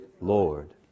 Lord